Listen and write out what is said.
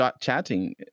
chatting